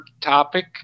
topic